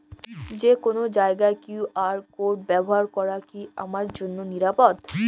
যে কোনো জায়গার কিউ.আর কোড ব্যবহার করা কি আমার জন্য নিরাপদ?